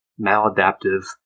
maladaptive